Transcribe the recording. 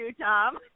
Tom